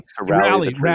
Rally